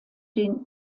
den